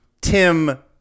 Tim